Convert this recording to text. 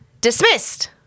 dismissed